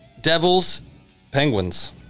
Devils-Penguins